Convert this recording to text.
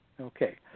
Okay